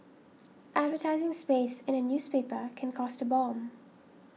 advertising space in a newspaper can cost a bomb